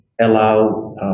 allow